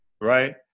right